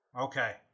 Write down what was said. Okay